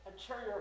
interior